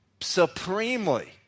supremely